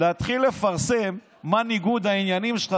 להתחיל לפרסם מה ניגוד העניינים שלך,